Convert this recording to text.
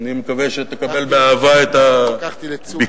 אני מקווה שתקבל באהבה את הביקורת,